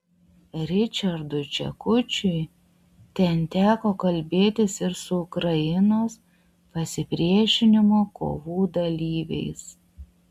ričardui čekučiui ten teko kalbėtis ir su ukrainos pasipriešinimo kovų dalyviais